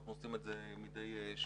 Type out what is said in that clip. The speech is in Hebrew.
אנחנו עושים את זה מדי שבוע-שבועיים,